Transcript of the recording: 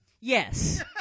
Yes